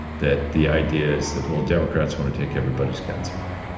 that the ideas that, well, democrats want to take everybody's guns away.